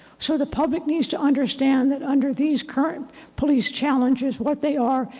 so, the public needs to understand that under these current police challenges, what they are,